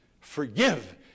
forgive